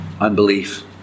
unbelief